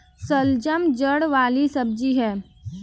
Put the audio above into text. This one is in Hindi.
शलजम जड़ वाली सब्जी है